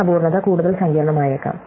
ഈ അപൂർണ്ണത കൂടുതൽ സങ്കീർണ്ണമായേക്കാം